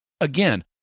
again